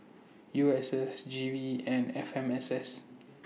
U S S G V and F M S S